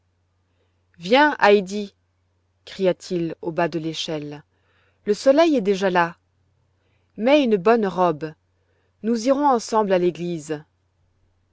viens heidi cria-t-il au bas de l'échelle le soleil est déjà là mets une bonne robe nous irons ensemble à l'église